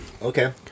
Okay